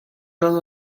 gant